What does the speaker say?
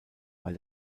weil